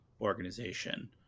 organization